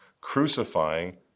Crucifying